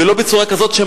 ולא בצורה כזאת,